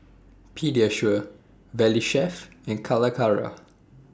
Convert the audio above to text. Pediasure Valley Chef and Calacara